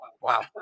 wow